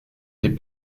des